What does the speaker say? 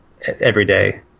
everyday